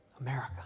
America